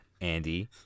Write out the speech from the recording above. Andy